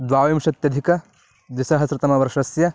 द्वाविंशत्यधिकद्विसहस्रतमवर्षस्य